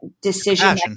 decision